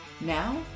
Now